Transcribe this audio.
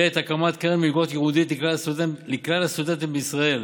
הקמת קרן מלגות ייעודית לכלל הסטודנטים בישראל